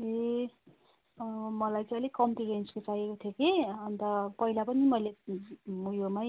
ए मलाई चाहिँ अलिक कम्ती रेन्जकै चाहिएको थियो कि अन्त पहिला पनि मैले उयोमै